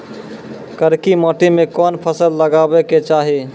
करकी माटी मे कोन फ़सल लगाबै के चाही?